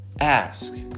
ask